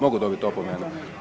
Mogu dobiti opomenu.